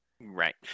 Right